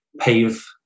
pave